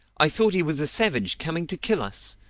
i thought he was a savage coming to kill us.